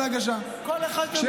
כל אחד באמונתו.